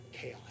chaos